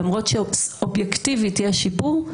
למרות שאובייקטיבית יש שיפור,